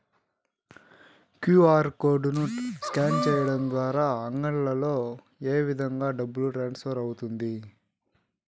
QR code ను scan సేయడం ద్వారా అంగడ్లలో ఏ విధంగా డబ్బు ట్రాన్స్ఫర్ అవుతుంది